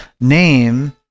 name